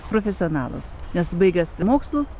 profesionalas nes baigęs mokslus